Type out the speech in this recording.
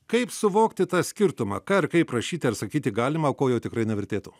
kaip suvokti tą skirtumą ką ir kaip rašyti ar sakyti galima o ko jau tikrai nevertėtų